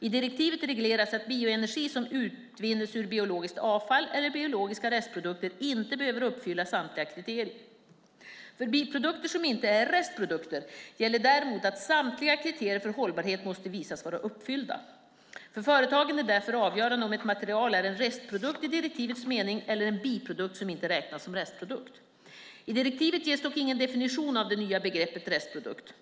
I direktivet regleras att bioenergi som utvinns ur biologiskt "avfall" eller biologiska "restprodukter" inte behöver uppfylla samtliga kriterier. För biprodukter som inte är restprodukter gäller däremot att samtliga kriterier för hållbarhet måste visas vara uppfyllda. För företagen är det därför avgörande om ett material är en restprodukt i direktivets mening eller en biprodukt som inte räknas som restprodukt. I direktivet ges dock ingen definition av det nya begreppet "restprodukt".